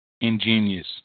ingenious